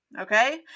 Okay